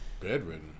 Bedridden